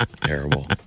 Terrible